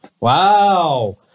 Wow